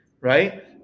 Right